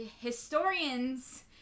historians